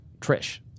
trish